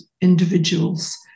individuals